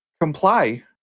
comply